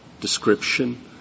description